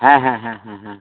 হ্যাঁ হ্যাঁ হ্যা হ্যাঁ হ্যাঁ